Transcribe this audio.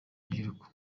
rubyiruko